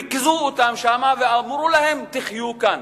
ריכזו אותם שם, ואמרו להם: תחיו כאן.